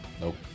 Nope